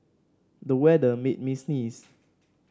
the weather made me sneeze